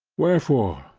wherefore,